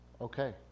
Okay